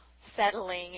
settling